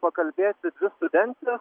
pakalbėti dvi studentės